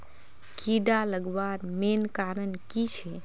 कीड़ा लगवार मेन कारण की छे?